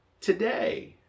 today